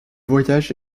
voyagent